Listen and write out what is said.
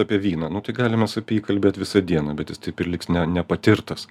apie vyną nu tai galim mes apie jį kalbėt visą dieną bet jis taip ir liks ne nepatirtas